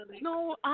no